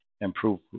improve